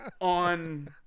on